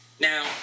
Now